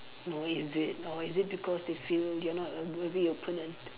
no is it or is it because they feel you are not a worthy opponent